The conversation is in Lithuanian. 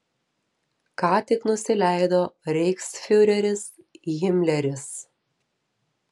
ką tik nusileido reichsfiureris himleris